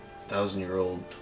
thousand-year-old